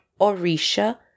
Orisha